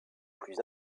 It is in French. plus